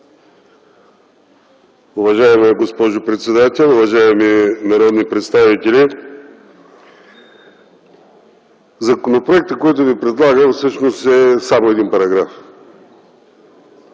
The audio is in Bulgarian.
Уважаема госпожо председател, уважаеми народни представители! Законопроектът, който ви предлагам, всъщност е само от един параграф